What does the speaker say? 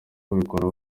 kubikora